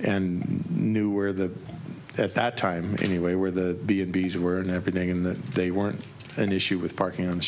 and knew where the at that time anyway where the b and b s were and everything in that they weren't an issue with parking on the